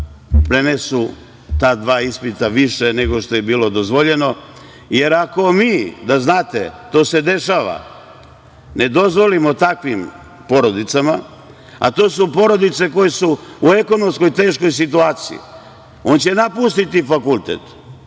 prenesu ta dva ispita više nego što je bilo dozvoljeno, jer ako mi, da znate, to se dešava, ne dozvolimo takvim porodicama, a to su porodice koje su u ekonomskoj teškoj situaciji, on će napustiti fakultet